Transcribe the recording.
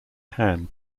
hann